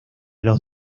los